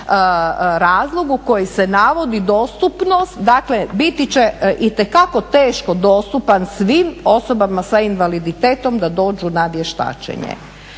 razlogu koji se navodi dostupnost, dakle biti će itekako teško dostupan svim osobama sa invaliditetom da dođu na vještačenje.